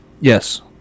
Yes